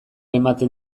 ematen